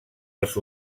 els